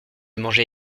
manger